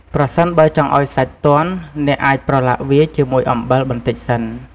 ប្រសិនបើចង់ឱ្យសាច់ទន់ អ្នកអាចប្រឡាក់វាជាមួយអំបិលបន្តិចសិន។